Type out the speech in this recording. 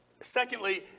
Secondly